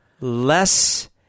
less